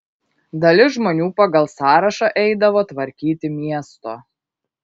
dalis žmonių pagal sąrašą eidavo tvarkyti miesto